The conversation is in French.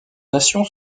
nations